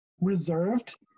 reserved